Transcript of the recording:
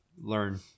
learn